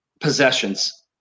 possessions